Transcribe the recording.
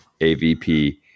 AVP